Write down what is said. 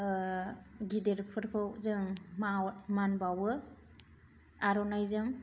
गिदिरफोरखौ जों माव मान बाउओ आर'नाइजों